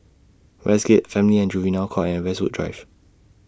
Westgate Family and Juvenile Court and Westwood Drive